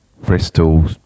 Bristol